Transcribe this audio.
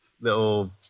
little